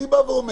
אני בא ואומר,